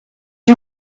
you